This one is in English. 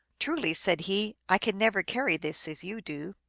truly, said he, i can never carry this as you do!